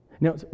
Now